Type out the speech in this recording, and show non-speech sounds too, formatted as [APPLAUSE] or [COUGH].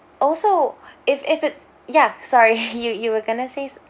also [BREATH] if if it's ya [LAUGHS] sorry you you were going to say